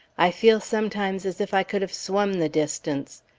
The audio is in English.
i feel sometimes as if i could have swum the distance.